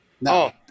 no